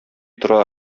тора